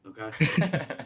okay